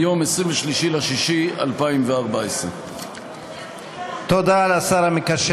מיום 23 ביוני 2014. תודה לשר המקשר